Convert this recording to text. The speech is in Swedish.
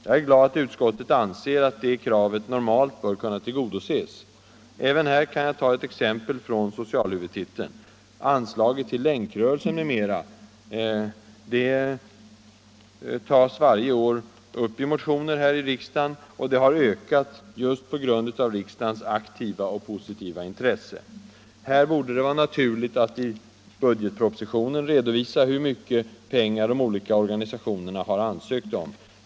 Jag är glad att utskottet anser att det kravet normalt bör kunna tillgodoses. Även här kan jag ta ett exempel från socialhuvudtiteln, nämligen anslaget till länkrörelsen m.m. Detta anslag tas varje år upp i motioner här i riksdagen, och det har ökat just på grund av riksdagens aktiva och positiva intresse. Här borde det vara naturligt att i budgetpropositionen redovisa hur mycket pengar de olika organisationerna har ansökt om.